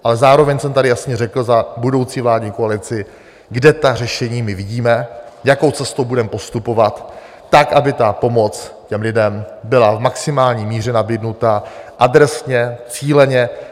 Ale zároveň jsem tady jasně řekl za budoucí vládní koalici, kde ta řešení vidíme, jakou cestou budeme postupovat tak, aby pomoc lidem byla v maximální míře nabídnuta, adresně, cíleně.